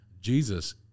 Jesus